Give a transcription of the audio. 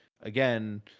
again